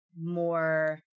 more